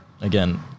again